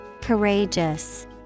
courageous